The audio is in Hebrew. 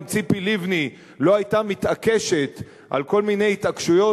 אם ציפי לבני לא היתה מתעקשת כל מיני התעקשויות,